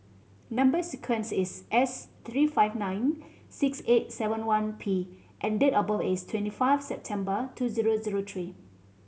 number sequence is S three five nine six eight seven one P and date of birth is twenty five September two zero zero three